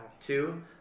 Two